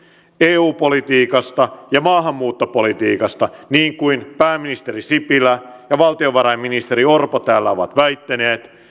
eu politiikasta ja maahanmuuttopolitiikasta niin kuin pääministeri sipilä ja valtiovarainministeri orpo täällä ovat väittäneet